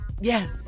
Yes